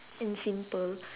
and simple